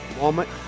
moment